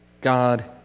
God